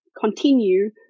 continue